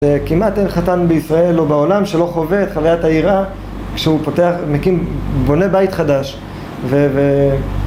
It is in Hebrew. כמעט אין חתן בישראל או בעולם שלא חווה את חווית היראה כשהוא פותח, מקים, בונה בית חדש ו...